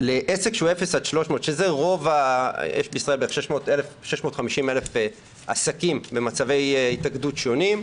יש בישראל בערך 650,000 עסקים במצבי התאגדות שונים,